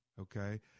okay